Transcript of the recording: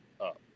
up